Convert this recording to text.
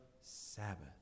Sabbath